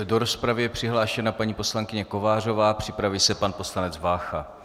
Do rozpravy je přihlášena paní poslankyně Kovářová, připraví se pan poslanec Vácha.